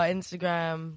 Instagram